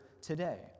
today